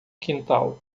quintal